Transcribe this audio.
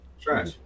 Trash